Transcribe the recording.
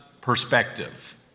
perspective